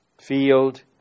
field